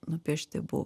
nupiešti buvo